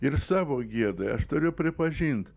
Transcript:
ir savo gėdai aš turiu pripažint